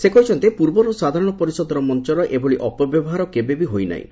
ସେ କହିଛନ୍ତି ପୂର୍ବରୁ ସାଧାରଣ ପରିଷଦର ମଞ୍ଚର ଏଭଳି ଅପବ୍ୟବହାର କେବେ ହୋଇନାହିଁ